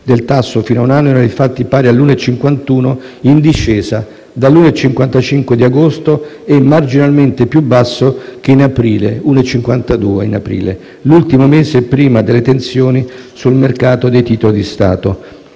del tasso fino a un anno, era infatti pari all'1,51 per cento, in discesa dall'1,55 per cento di agosto e marginalmente più basso che in aprile (1,52 per cento), l'ultimo mese prima delle tensioni sul mercato dei titoli di Stato.